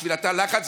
בשביל תא הלחץ,